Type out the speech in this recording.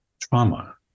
trauma